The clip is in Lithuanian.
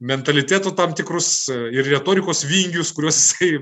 mentaliteto tam tikrus ir retorikos vingius kuriuos jisai